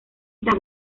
estas